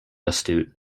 astute